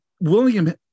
william